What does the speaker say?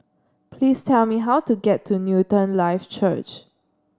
please tell me how to get to Newton Life Church